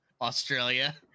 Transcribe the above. Australia